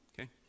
Okay